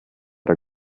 der